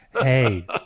Hey